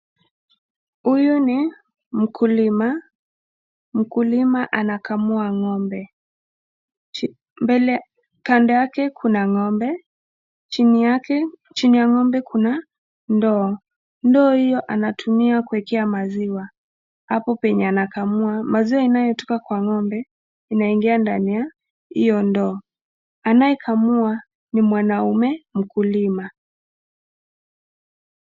Huyu ni mkulima, mkulima anakamua ng'ombe kando yake kuna ng'ombe chini ya ng'ombe kuna ndoo, ndoo hiyo anatumia kuwekea maziwa hapo penye anakamua. Maziwa inayotoka kwa ng'ombe inaingia ndani ya hiyo ndoo, anayekamua ni mwanaume mkulima.